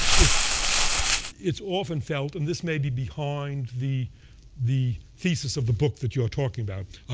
it's it's often felt and this may be behind the the thesis of the book that you're talking about.